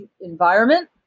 environment